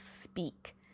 speak